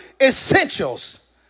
essentials